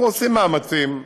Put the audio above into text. אנחנו עושים מאמצים,